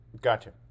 Gotcha